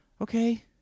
Okay